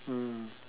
mm